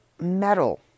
metal